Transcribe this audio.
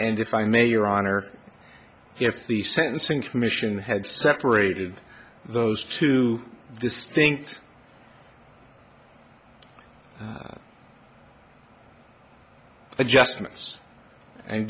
and if i may your honor if the sentencing commission had separated those two distinct adjustments and